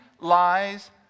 lies